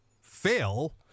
fail